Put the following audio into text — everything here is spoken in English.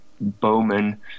bowman